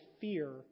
fear